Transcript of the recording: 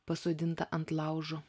pasodintą ant laužo